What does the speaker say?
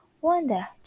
Wanda